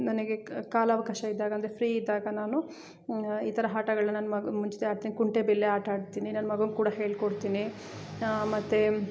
ನನಗೆ ಕಾಲವಕಾಶ ಇದ್ದಾಗ ಅಂದರೆ ಫ್ರೀ ಇದ್ದಾಗ ನಾನು ಈ ಥರ ಆಟಗಳ್ನ ನಾನು ಮಗು ಮುಂಚಿತ ಆಡ್ತೀನಿ ಕುಂಟೆಬಿಲ್ಲೆ ಆಟ ಆಡ್ತೀನಿ ನನ್ನ ಮಗುಂಗೆ ಕೂಡ ಹೇಳಿ ಕೊಡ್ತೀನಿ ಮತ್ತು